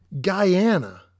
Guyana